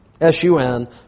S-U-N